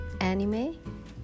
anime